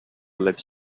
let